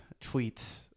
tweets